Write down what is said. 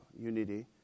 unity